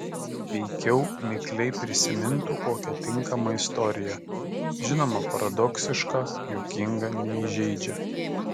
veikiau mikliai prisimintų kokią tinkamą istoriją žinoma paradoksišką juokingą neįžeidžią